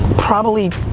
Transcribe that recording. probably